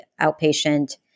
outpatient